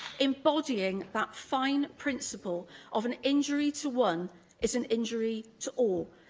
embodying that fine principle of an injury to one is an injury to all,